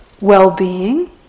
well-being